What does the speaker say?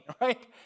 right